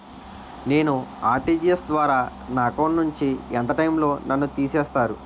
నేను ఆ.ర్టి.జి.ఎస్ ద్వారా నా అకౌంట్ నుంచి ఎంత టైం లో నన్ను తిసేస్తారు?